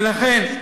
ולכן,